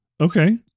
Okay